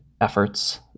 efforts